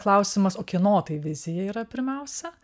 klausimas o kieno tai vizija yra pirmiausia